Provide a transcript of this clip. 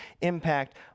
impact